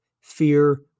fear